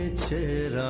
to